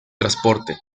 transporte